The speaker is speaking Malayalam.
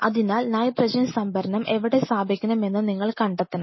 അതിനാൽ നൈട്രജൻ സംഭരണം എവിടെ സ്ഥാപിക്കണമെന്ന് നിങ്ങൾ കണ്ടെത്തണം